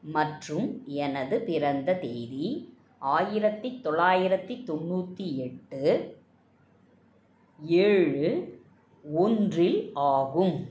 மற்றும் எனது பிறந்த தேதி ஆயிரத்தி தொள்ளாயிரத்தி தொண்ணூற்றி எட்டு ஏழு ஒன்று இல் ஆகும்